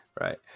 Right